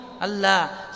Allah